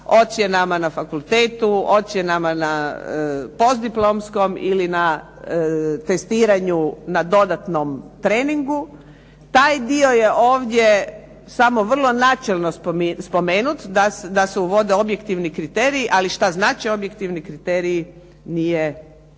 ocjenama na fakultetu, ocjenama na postdiplomskom ili na testiranju na dodatnom treningu. Taj dio je ovdje samo vrlo načelno spomenut da se uvode objektivni kriteriji. Ali što znače objektivni kriteriji nije dovoljno